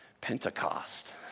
Pentecost